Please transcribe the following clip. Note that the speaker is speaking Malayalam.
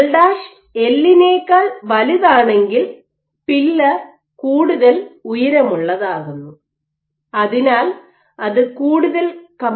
L dash L L L നെക്കാൾ വലുതാണെങ്കിൽ പില്ലർ കൂടുതൽ ഉയരമുള്ളതാകുന്നു അതിനാൽ അത് കൂടുതൽ കംപ്ലയിന്റ് ആകും